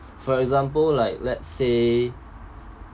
for example like let's say